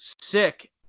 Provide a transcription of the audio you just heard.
sick